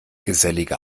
gesellige